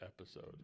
episode